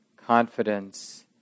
Confidence